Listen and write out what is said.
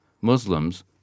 Muslims